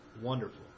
wonderful